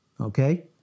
Okay